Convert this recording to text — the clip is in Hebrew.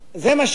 זה מה שיקרה?